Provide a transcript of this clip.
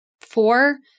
four